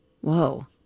Whoa